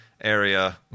area